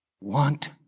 want